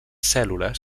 cèl·lules